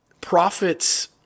prophets